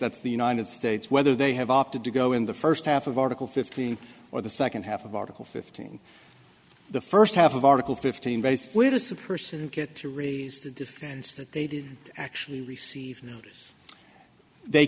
that's the united states whether they have opted to go in the first half of article fifteen or the second half of article fifteen the first half of article fifteen base where disappears to raise the defense that they did actually receive as they